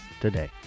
today